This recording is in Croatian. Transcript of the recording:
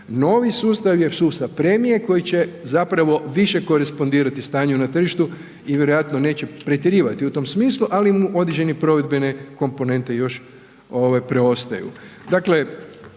Novi sustav je sustav premije koji će zapravo više korespondirati stanju na tržištu i vjerojatno neće pretjerivati u tom smislu, ali mu određene provedbene komponente još preostaju.